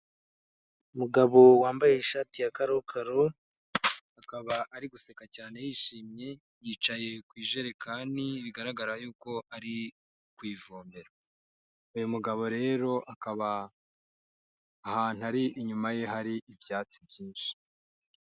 Umugabo wambaye ishati ya karokaro akaba ari guseka cyane yishimye yicaye ku ijerekani bigaragara yuko ari kuyivomera uyu mugabo rero akaba ahantu ari inyuma ye hari ibyatsi byinshi.